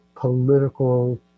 political